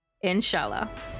Inshallah